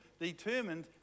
determined